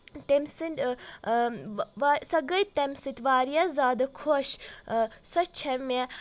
تمۍ سٔنٛدۍ سۄ گٔے تمہِ سۭتۍ واریاہ زیادٕ خۄش سۄ چھےٚ مےٚ